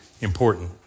important